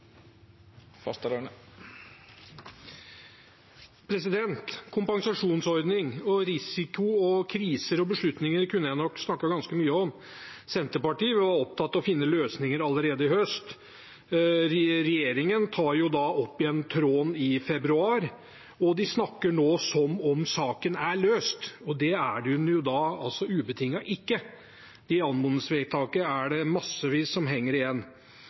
Fasteraune har hatt ordet to gonger tidlegare og får ordet til ein kort merknad, avgrensa til 1 minutt. Kompensasjonsordning, risiko, kriser og beslutninger kunne jeg nok snakket ganske mye om. Senterpartiet var opptatt av å finne løsninger allerede i høst. Regjeringen tar opp igjen tråden i februar, og de snakker nå som om saken er løst. Det er den ubetinget ikke. I anmodningsvedtaket er det massevis som henger igjen.